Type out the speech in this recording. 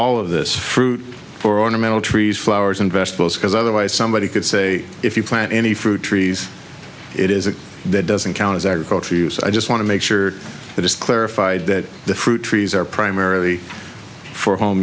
all of this fruit for ornamental trees flowers and vegetables because otherwise somebody could say if you plant any fruit trees it is a that doesn't count as agriculture use i just want to make sure that it's clarified that the fruit trees are primarily for home